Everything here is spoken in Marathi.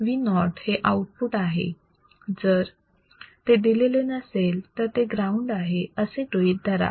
VO हे आउटपुट आहे जर ते दिलेले नसेल तर ते ग्राउंड आहे असे गृहीत धरा